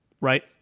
Right